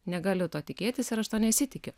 negaliu to tikėtis ir aš to nesitikiu